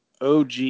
OG